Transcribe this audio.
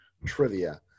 trivia